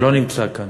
שלא נמצא כאן,